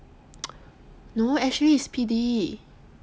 no ashley is P_D